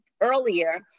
earlier